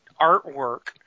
artwork